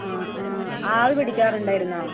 ആ ആ ആവി പിടിക്കാറുണ്ടായിരുന്നോ